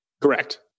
Correct